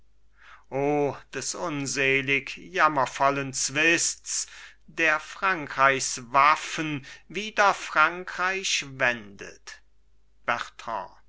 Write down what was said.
o des unselig jammervollen zwists der frankreichs waffen wider frankreich wendet